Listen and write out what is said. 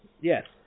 Yes